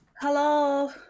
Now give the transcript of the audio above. Hello